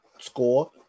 score